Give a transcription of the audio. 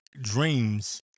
dreams